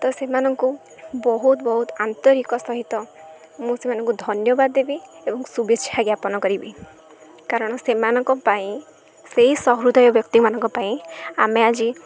ତ ସେମାନଙ୍କୁ ବହୁତ ବହୁତ ଆନ୍ତରିକ ସହିତ ମୁଁ ସେମାନଙ୍କୁ ଧନ୍ୟବାଦ ଦେବି ଏବଂ ଶୁଭେଚ୍ଛା ଜ୍ଞାପନ କରିବି କାରଣ ସେମାନଙ୍କ ପାଇଁ ସେଇ ସହୃଦୟ ବ୍ୟକ୍ତିମାନଙ୍କ ପାଇଁ ଆମେ ଆଜି